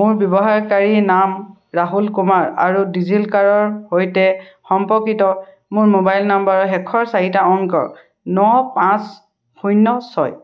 মোৰ ব্যৱহাৰকাৰী নাম ৰাহুল কুমাৰ আৰু ডিজি লকাৰৰ সৈতে সম্পৰ্কিত মোৰ মোবাইল নাম্বাৰৰ শেষৰ চাৰিটা অংক ন পাঁচ শূন্য ছয়